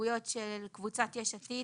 הסתייגויות של קבוצת יש עתיד,